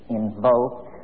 invoke